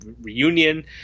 reunion